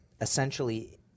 essentially